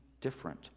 different